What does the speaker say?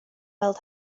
weld